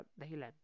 dahilan